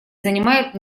занимает